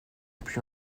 puis